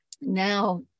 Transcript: now